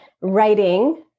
writing